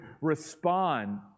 respond